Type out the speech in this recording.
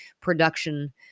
production